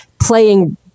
playing